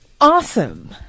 Awesome